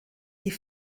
die